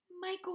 Michael